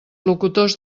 locutors